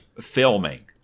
filming